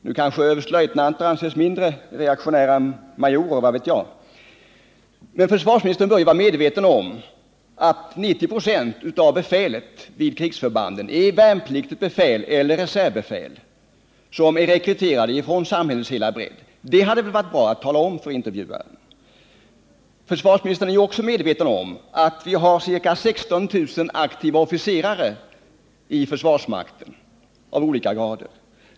Nu kanske överstelöjtnanter anses mindre reaktionära än majorer — vad vet jag? Försvarsministern bör vara medveten om att 90 96 av befälet i krigsförbanden är värnpliktigt befäl eller reservbefäl, som är rekryterade från samhällets hela bredd. Det hade väl varit bra att tala om för intervjuaren. Försvarsministern är ju också medveten om att vi har ca 16 000 aktiva officerare av olika grader i försvarsmakten.